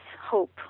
hope